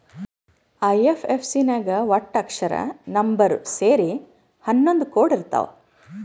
IFSC ನಾಗ್ ವಟ್ಟ ಅಕ್ಷರ, ನಂಬರ್ ಸೇರಿ ಹನ್ನೊಂದ್ ಕೋಡ್ ಇರ್ತಾವ್